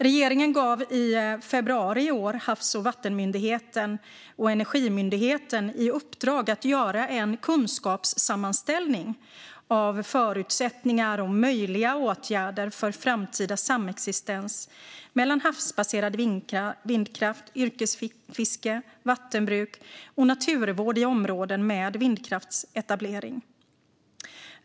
Regeringen gav i februari i år Havs och vattenmyndigheten och Energimyndigheten i uppdrag att göra en kunskapssammanställning av förutsättningar och möjliga åtgärder för framtida samexistens mellan havsbaserad vindkraft, yrkesfiske, vattenbruk och naturvård i områden med vindkraftsetablering.